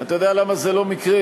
אתה יודע למה זה לא מקרה?